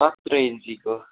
सत्र इन्चीको